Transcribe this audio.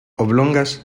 oblongas